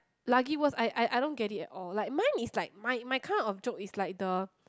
lagi worse I I I don't get it at all like mine is like my my kind of jokes is like the